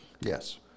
Yes